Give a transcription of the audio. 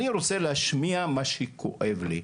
אני רוצה להשמיע את מה שכואב לי.